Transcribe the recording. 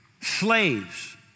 slaves